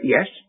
Yes